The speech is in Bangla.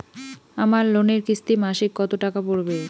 আমার লোনের কিস্তি মাসিক কত টাকা পড়বে?